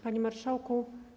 Panie Marszałku!